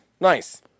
Nice